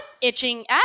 itching